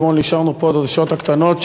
אתמול נשארנו פה עד השעות הקטנות,